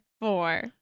four